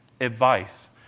advice